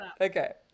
Okay